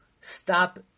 stop